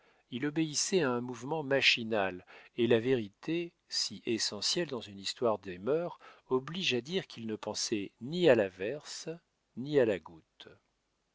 il obéissait à un mouvement machinal et la vérité si essentielle dans une histoire de mœurs oblige à dire qu'il ne pensait ni à l'averse ni à la goutte